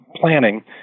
planning